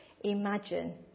imagine